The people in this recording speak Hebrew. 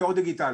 בתור דיגיטלי.